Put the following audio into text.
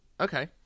okay